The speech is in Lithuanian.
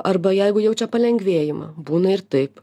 arba jeigu jaučia palengvėjimą būna ir taip